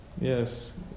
Yes